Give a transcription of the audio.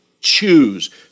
choose